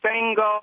single